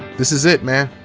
this is it, man.